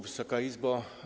Wysoka Izbo!